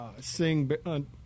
Sing